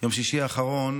ביום שישי האחרון